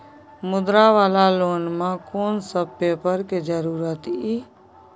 मुद्रा वाला लोन म कोन सब पेपर के जरूरत इ?